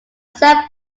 self